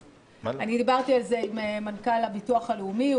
דיברתי על זה עם מנכ"ל הביטוח הלאומי.